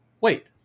wait